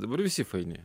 dabar visi faini